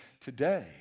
today